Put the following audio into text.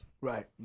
Right